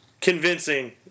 Convincing